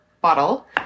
bottle